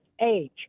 age